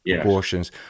abortions